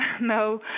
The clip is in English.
No